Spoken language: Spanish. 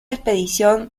expedición